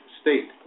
state